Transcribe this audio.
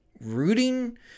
rooting